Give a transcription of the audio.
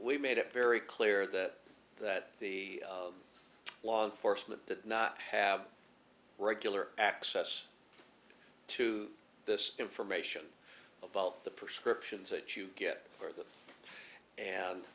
we made it very clear that that the law enforcement that have regular access to this information about the prescriptions that you get for them and